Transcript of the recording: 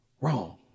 wrong